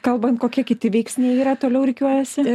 kalbant kokie kiti veiksniai yra toliau rikiuojasi